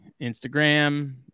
Instagram